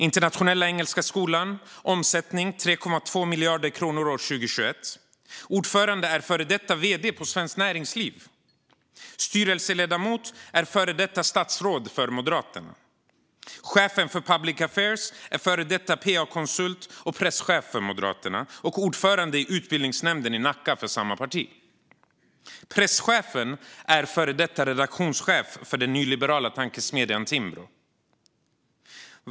Internationella Engelska Skolan hade en omsättning på 3,2 miljarder kronor år 2021. Ordföranden är före detta vd på Svenskt Näringsliv. Styrelseledamot är före detta statsråd för Moderaterna. Chefen för Public Affairs är före detta PA-konsult och presschef för Moderaterna och ordförande i utbildningsnämnden i Nacka för samma parti. Presschefen är före detta redaktionschef för den nyliberala tankesmedjan Timbro.